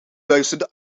luisterde